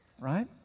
Right